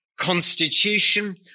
constitution